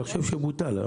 אני חושב שהוא בוטל.